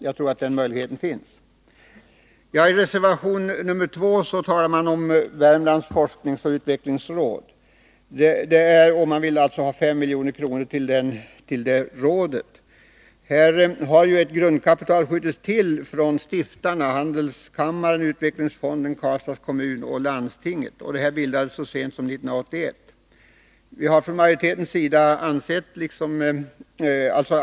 Jag tror att den möjligheten finns. I reservation 2 vid näringsutskottets betänkande 33 talar man om Värmlands forskningsoch utvecklingsråd. Man vill ha 5 milj.kr. till det rådet. Ett grundkapital har ju skjutits till från stiftarna — handelskammaren, utvecklingsfonden, Karlstads kommun och landstinget — och rådet bildades så sent som 1981.